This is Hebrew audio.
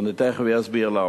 אני תיכף אסביר למה,